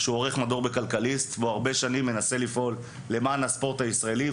הוא עורך מדור בכלכליסט והוא הרבה שנים מנסה לפעול למען הספורט הישראלי.